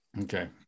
Okay